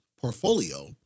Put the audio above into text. portfolio—